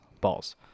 Balls